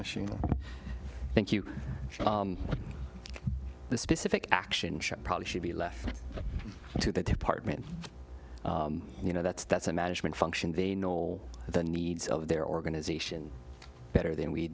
thank you the specific action should probably should be left to the department you know that's that's a management function they know the needs of their organization better than we